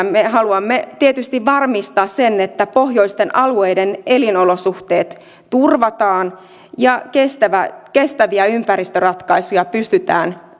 me haluamme tietysti varmistaa sen että pohjoisten alueiden elinolosuhteet turvataan ja kestäviä ympäristöratkaisuja pystytään